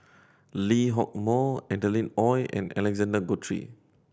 Lee Hock Moh Adeline Ooi and Alexander Guthrie